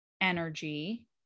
energy